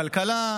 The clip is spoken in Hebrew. כלכלה,